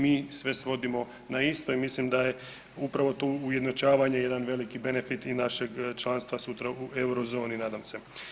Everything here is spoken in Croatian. Mi sve svodimo na isto i mislim da je upravo tu ujednačavanje jedan veliki benefit i našeg članstva sutra u euro zoni nadam se.